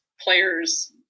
players